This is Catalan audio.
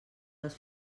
les